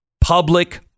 public